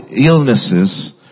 illnesses